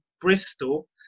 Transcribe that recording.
Bristol